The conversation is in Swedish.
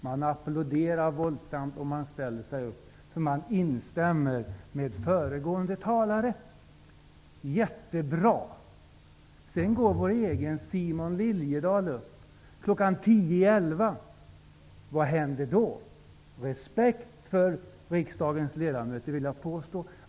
Man applåderade våldsamt och ställde sig upp för att instämma med talaren. Jättebra! Sedan går vår egen Simon Liliedahl upp i talarstolen kl. 22.50. Vad händer då med respekten för riksdagens ledamöter?